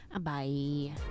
Bye